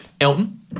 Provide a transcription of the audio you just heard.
Elton